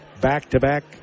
back-to-back